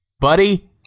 Buddy